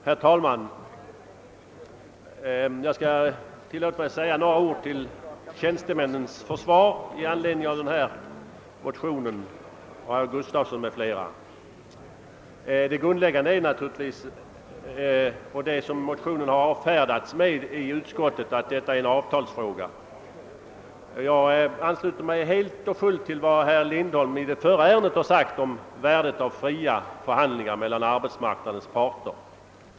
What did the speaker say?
Herr talman! Jag skall tillåta mig att säga några ord till tjänstemännens försvar med anledning av förevarande motion som i denna kammare väckts av herr Gustavsson i Alvesta m.fl. Det grundläggande motivet för utskottets avstyrkande av denna motion är att detta är en avtalsfråga. Jag ansluter mig helt och fullt till vad herr Lindholm vid behandlingen av föregående ärende sade om värdet av fria förhandlingar mellan arbetsmarknadens parter.